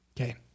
okay